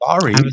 Sorry